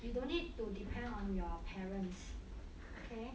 you don't need to depend on your parents okay